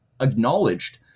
acknowledged